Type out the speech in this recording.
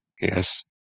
Yes